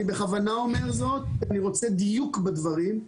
אני רוצה דיוק בדברים.